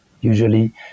usually